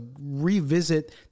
revisit